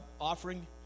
offering